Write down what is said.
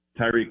Tyreek